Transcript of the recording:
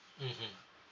mmhmm